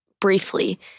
briefly